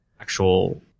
actual